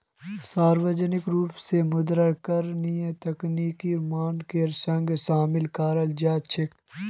सार्वजनिक रूप स मुद्रा करणीय तरीकाक मानकेर संग शामिल कराल जा छेक